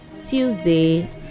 tuesday